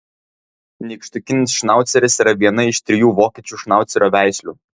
nykštukinis šnauceris yra viena iš trijų vokiečių šnaucerio veislių